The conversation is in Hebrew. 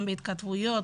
גם בהתכתבויות,